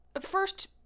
first